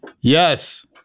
yes